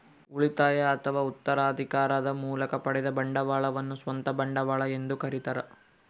ಉಳಿತಾಯ ಅಥವಾ ಉತ್ತರಾಧಿಕಾರದ ಮೂಲಕ ಪಡೆದ ಬಂಡವಾಳವನ್ನು ಸ್ವಂತ ಬಂಡವಾಳ ಎಂದು ಕರೀತಾರ